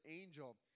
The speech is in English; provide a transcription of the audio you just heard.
angel